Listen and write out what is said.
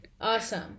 awesome